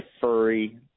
furry